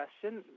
question